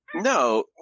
No